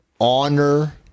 honor